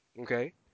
okay